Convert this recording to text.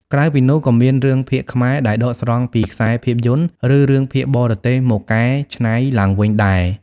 ក្រៅពីនោះក៏មានរឿងភាគខ្មែរដែលដកស្រង់ពីខ្សែភាពយន្ត ឬរឿងភាគបរទេសមកកែច្នៃឡើងវិញដែរ។